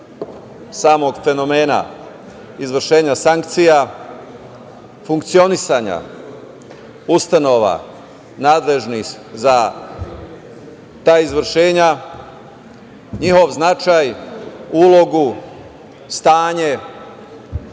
samog fenomena izvršenja sankcija, funkcionisanja ustanova nadležnih za ta izvršenja, njihov značaj, ulogu, stanje